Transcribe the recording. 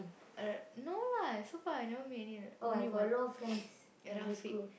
uh no lah so far I never meet any only one Rafiq